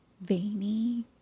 veiny